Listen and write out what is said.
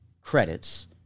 credits